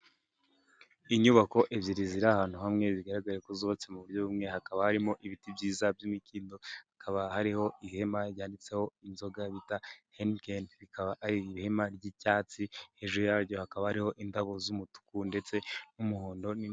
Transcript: Inyubako ebyiri ziri ahantu hamwe, zigaragaraye ko zubatse mu buryo bumwe, hakaba harimo ibiti byiza by'imikindo, hakaba hariho ihema ryanditseho inzoga bita henikeni, rikaba ari ihema ry'icyatsi hejuru yaryo hakaba hariho indabo z'umutuku ndetse n'umuhondo.